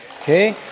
Okay